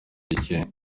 gikennye